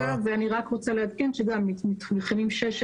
אני רק רוצה לעדכן שגם מתחמים 6,